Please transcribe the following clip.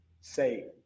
say